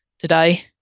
Today